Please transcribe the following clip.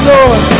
Lord